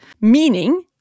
meaning